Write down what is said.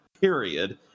period